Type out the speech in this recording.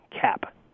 cap